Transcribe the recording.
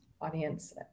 audience